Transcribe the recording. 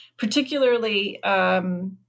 Particularly